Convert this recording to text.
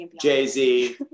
Jay-Z